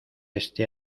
este